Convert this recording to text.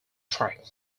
track